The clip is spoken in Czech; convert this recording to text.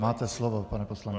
Máte slovo, pane poslanče.